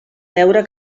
deure